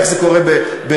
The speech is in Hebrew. איך זה קורה בדמוקרטיה.